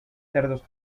cerdos